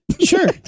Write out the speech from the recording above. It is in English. Sure